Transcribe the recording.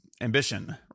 ambition